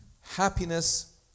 Happiness